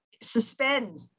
suspend